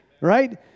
Right